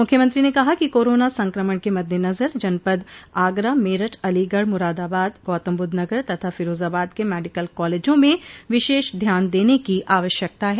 मुख्यमंत्री ने कहा कि कोरोना संक्रमण के मद्देनजर जनपद आगरा मेरठ अलीगढ़ मुरादाबाद गौतमबुद्धनगर तथा फिरोजाबाद के मेडिकल कालेजों में विशेष ध्यान देने की आवश्यकता है